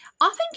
Often